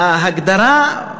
ההגדרה,